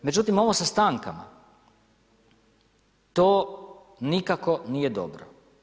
Međutim, ovo sa stankama, to nikako nije dobro.